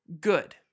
good